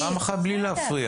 לנו יש מאפיין